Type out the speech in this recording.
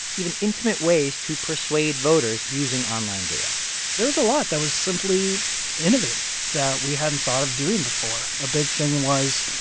even intimate ways to persuade voters using online data there is a lot that was simply innovative, that we hadn't thought of doing before. a big thing was,